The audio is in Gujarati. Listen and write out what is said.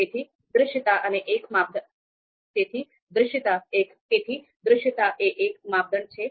તેથી દૃશ્યતા એ એક માપદંડ છે